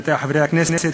עמיתי חברי הכנסת,